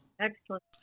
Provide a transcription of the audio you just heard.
Excellent